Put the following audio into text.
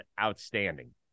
outstanding